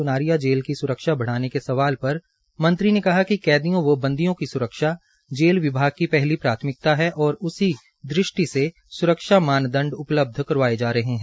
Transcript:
स्नारिया जेल की स्रक्षा बढ़ाने के सवाल के सवाल पर मंत्री ने कहा कि कैदियों व बंदियों की स्रक्षा जेल विभाग की पहल प्राथमिकता है और उसी दृष्टि से स्रखा मानदंड उपलब्ध करवाए जा रहे है